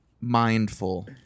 mindful